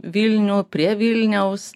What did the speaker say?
vilnių prie vilniaus